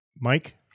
Mike